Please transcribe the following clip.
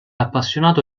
appassionato